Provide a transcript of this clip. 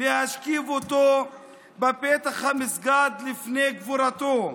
להשכיב אותו בפתח המסגד לפני קבורתו.